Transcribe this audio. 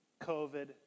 COVID